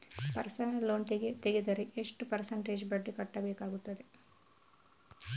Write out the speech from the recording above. Personal loan ತೆಗೆದರೆ ಎಷ್ಟು percentage ಬಡ್ಡಿ ಕಟ್ಟಬೇಕಾಗುತ್ತದೆ?